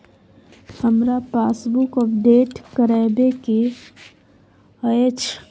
हमरा passbook update करैबे के अएछ?